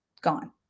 gone